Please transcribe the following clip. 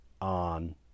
on